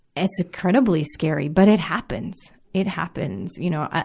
it's incredibly scary, but it happens. it happens, you know.